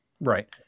Right